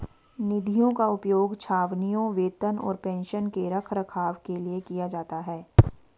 निधियों का उपयोग छावनियों, वेतन और पेंशन के रखरखाव के लिए किया जाता है